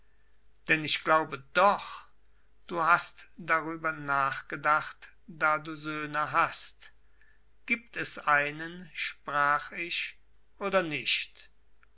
denn ich glaube doch du hast darüber nachgedacht da du söhne hast gibt es einen sprach ich oder nicht